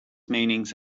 meanings